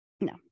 No